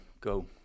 go